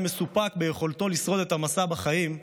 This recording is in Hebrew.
היה מסופק מיכולתו לשרוד את המסע בחיים.